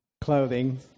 clothing